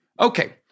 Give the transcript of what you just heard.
Okay